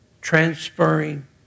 transferring